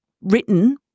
written